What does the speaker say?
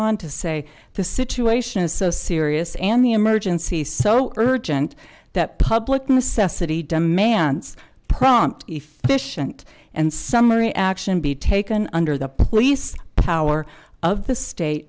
on to say the situation is so serious and the emergency so urgent that public necessity demands prompt a fish and and summary action be taken under the police power of the state